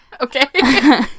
Okay